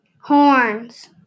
Horns